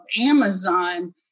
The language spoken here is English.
Amazon